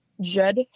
Jed